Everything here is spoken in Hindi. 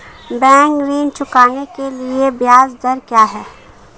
बैंक ऋण चुकाने के लिए ब्याज दर क्या है?